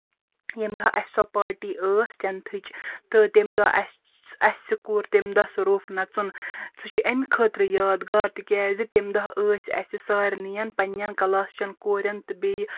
ییٚمہِ دۄہ اَسہِ سۄ پارٹی ٲسۍ ٹینتھٕچ تہٕ تَمہِ دۄہ اَسہِ اَسہِ کوٚر تَمہِ دۄہ سُہ روٚف نَژُن سُہ چھُ اَمہِ خٲطرٕ یادگار تِکیٛازِ تَمہِ دۄہ ٲسۍ اَسہِ سارنِین پَنٕنیٚن کَلاس چیٚن کوریٚن تہٕ بیٚیہِ